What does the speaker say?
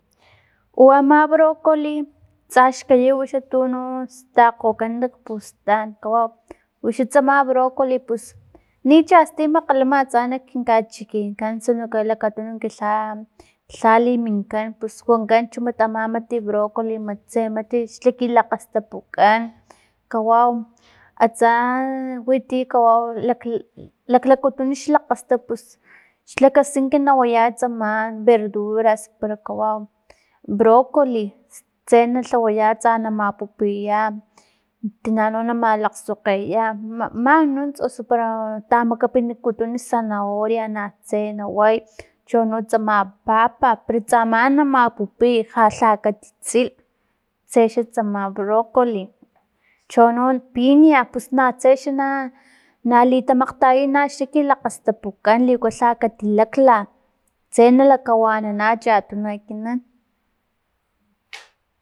U ama broccoli, tsa xkayiw xa tu no stakgokan nak pustan kawaw uxa tsama broccoli, pus ni chastin makgalama atsa nak kinkachikinkan si no que lakatunun lha- lha liminkan pus wankan chu ama mati brocoli tse mat lha kilakgastapukan kawaw atsa wi ti kawau lak- lak- lakutun xlakgastapu pus xlakaskin na waya tsama verduras pero kawau brocoli tse na lhawaya tsa na mapupiya tina no na malaksgokgeya ma- man nunts osu para tamakapinikutun zanahoria na tse naway chono tsama papa pero tsaman na mapupiy ja katisil tsexa tsama brocoli, chono piña pus natse na- nali tamakgtayay xla ki lakgastapukan liku kha katilakla ste na lakawanana chatuno ekinan.